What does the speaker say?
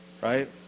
Right